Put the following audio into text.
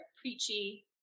preachy